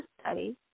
study